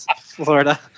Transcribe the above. Florida